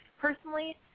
personally